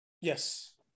Yes